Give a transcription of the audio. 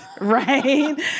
Right